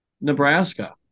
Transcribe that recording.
Nebraska